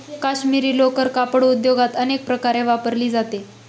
काश्मिरी लोकर कापड उद्योगात अनेक प्रकारे वापरली जाते